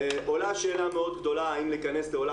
עולה השאלה מאוד גדולה האם להיכנס לעולם